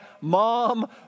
mom